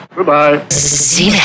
Goodbye